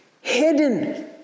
hidden